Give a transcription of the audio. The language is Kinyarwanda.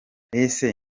ese